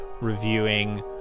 reviewing